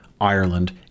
Ireland